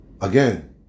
Again